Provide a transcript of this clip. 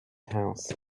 house